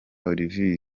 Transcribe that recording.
olivier